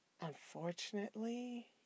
unfortunately